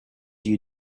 you